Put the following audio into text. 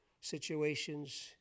situations